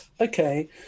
okay